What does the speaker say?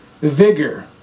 vigor